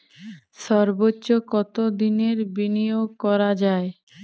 সর্বোচ্চ কতোদিনের বিনিয়োগ করা যায়?